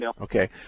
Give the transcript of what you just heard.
Okay